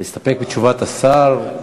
להסתפק בתשובת השר?